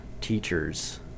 teachers